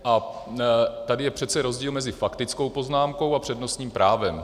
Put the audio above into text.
A tady je přece rozdíl mezi faktickou poznámkou a přednostním právem.